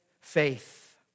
faith